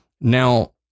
Now